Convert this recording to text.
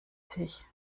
sich